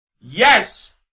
Yes